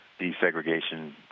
desegregation